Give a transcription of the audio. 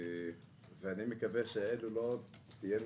אני מקווה שאלו לא יהיו